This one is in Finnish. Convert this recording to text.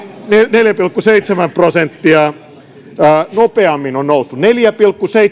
neljä pilkku seitsemän prosenttia nopeammin nousseet köyhien hinnat kuin muilla